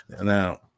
Now